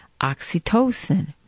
oxytocin